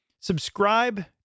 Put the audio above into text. Subscribe